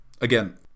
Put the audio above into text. again